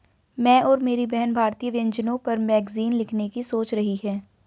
मैं और मेरी बहन भारतीय व्यंजनों पर मैगजीन लिखने की सोच रही है